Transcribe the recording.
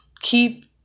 Keep